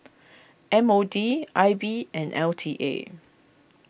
M O D I B and L T A